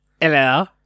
Hello